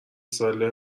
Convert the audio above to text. ساله